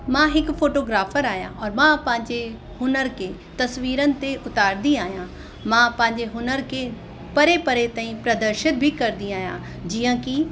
मां हिकु फ़ोटोग्राफ़र आहियां और मां पंहिंजे हुनर के तस्वीरनि ते उतारंदी आहियां मां पंहिंजे हुनर खे परे परे अथईं प्रदर्शित बि करंदी आहियां जीअं कि